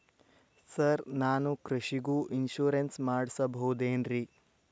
Sir ನಾನು ಕೃಷಿಗೂ insurance ಮಾಡಸಬಹುದೇನ್ರಿ?